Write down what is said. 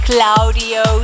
Claudio